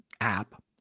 app